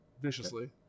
viciously